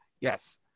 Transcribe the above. yes